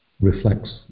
reflects